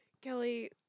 kelly